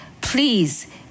please